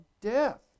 death